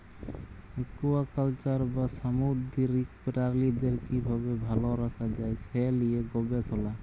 aquaculture বা সামুদ্দিরিক পিরালিদের কিভাবে ভাল রাখা যায় সে লিয়ে গবেসলা